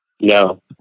no